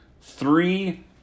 three